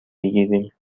بگیریم